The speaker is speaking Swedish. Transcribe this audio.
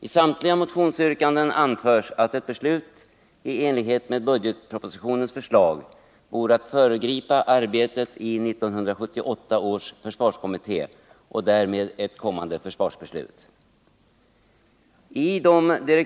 I samtliga motionsyrkanden anförs att ett beslut i enlighet med budgetpropositionens förslag vore att föregripa arbetet i 1978 års försvarskommitté och därmed ett kommande försvarsbeslut.